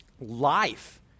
life